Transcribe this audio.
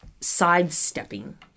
sidestepping